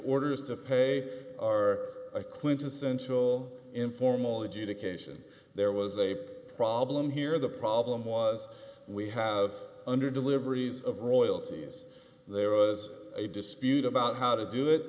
orders to pay are clinton's central informal adjudication there was a problem here the problem was we have under deliveries of royalties there was a dispute about how to do